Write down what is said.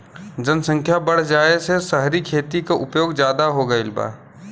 जनसख्या बढ़ जाये से सहरी खेती क उपयोग जादा हो गईल बा